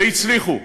והצליחו,